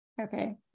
Okay